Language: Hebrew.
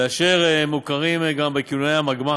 ואשר מוכרים גם בכינוי "גמ"חים".